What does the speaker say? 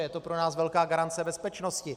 Je to pro nás velká garance bezpečnosti.